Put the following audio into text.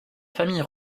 famille